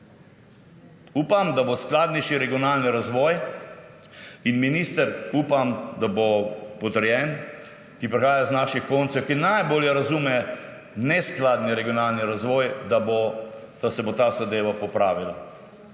Upam, da bo skladnejši regionalni razvoj, in minister upam, da bo potrjen, ki prihaja iz naših koncev, ki najbolje razume neskladni regionalni razvoj, da se bo ta zadeva popravila.